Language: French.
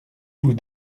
vous